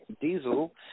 Diesel